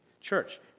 Church